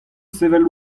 sevel